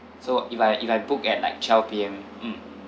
so if I if I book at like twelve P_M mm